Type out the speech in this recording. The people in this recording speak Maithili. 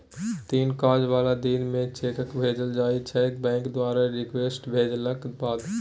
तीन काज बला दिन मे चेककेँ भेजल जाइ छै बैंक द्वारा रिक्वेस्ट भेटलाक बाद